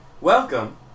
Welcome